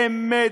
באמת,